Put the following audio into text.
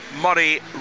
Murray